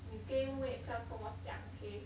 你 gain weight 不要跟我讲 okay